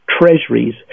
treasuries